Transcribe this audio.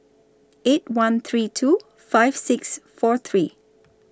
eight one three two five six four three